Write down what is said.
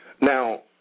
Now